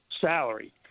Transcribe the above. salary